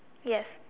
yes